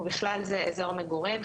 ובכלל זה אזור מגורים,